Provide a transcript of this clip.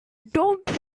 don’t